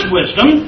wisdom